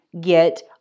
get